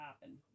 happen